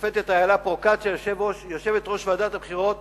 לשופטת אילה פרוקצ'יה, יושבת-ראש ועדת הבחירות